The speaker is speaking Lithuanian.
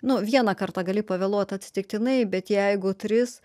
nu vieną kartą gali pavėluot atsitiktinai bet jeigu tris